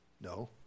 No